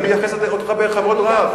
אני מתייחס אליך בכבוד רב.